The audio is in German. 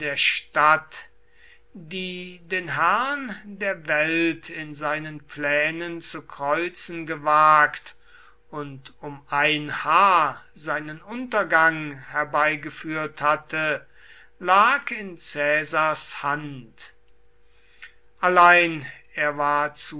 stadt die den herrn der welt in seinen plänen zu kreuzen gewagt und um ein haar seinen untergang herbeigeführt hatte lag in caesars hand allein er war